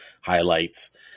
highlights